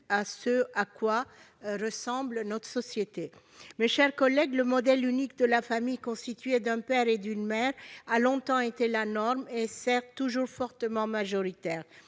à ce qu'est maintenant notre société ! Mes chers collègues, le modèle de la famille constituée d'un père et d'une mère a longtemps été la norme et est certes toujours fortement majoritaire,